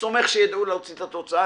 סומך שיידעו להוציא את התוצאה,